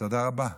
תודה רבה.